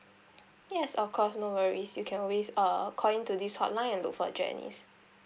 yes of course no worries you can always err call in to this hotline and look for janice